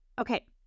Okay